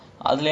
ஆமா:aamaa